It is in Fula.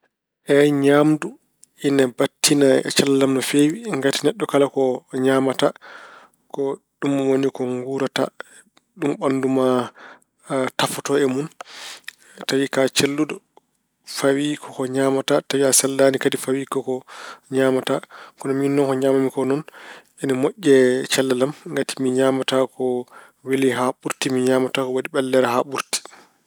Eey, ñaamdu ina battina e cellal am no feewi. Ngati neɗɗo kala ko ñaamata ko ɗum woni ko nguurata. Ɗum ɓanndu ma tafoto e mun. Tawi ko a celluɗo, fawi ko ko ñaamata, tawi a sellaani kadi fawi ko ko ñaamata. Kono min ko ñaamanmi ko noon ine moƴƴi e cellal am ngati mi ñaamataa ko weli haa ɓurti, mi ñaamataa ko waɗi ɓellere haa ɓurti.